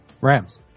Rams